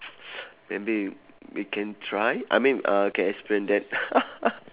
maybe we can try I mean uh can explain that